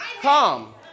Come